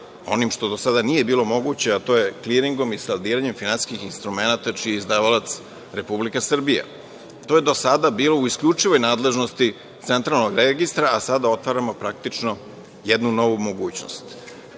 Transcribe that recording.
onim što do sada nije bilo moguće, a to je kliringom i saldiranjem finansijskih instrumenata čiji je izdavalac Republika Srbija. To je do sada bilo u isključivoj nadležnost Centralnog registra, a sada otvaramo praktično jednu novu mogućnost.